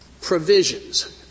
provisions